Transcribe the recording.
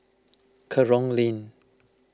Kerong Lane